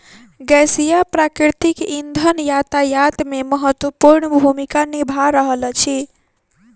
गैसीय प्राकृतिक इंधन यातायात मे महत्वपूर्ण भूमिका निभा रहल अछि